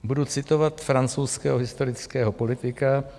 Budu citovat francouzského historického politika.